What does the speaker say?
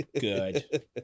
good